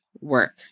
work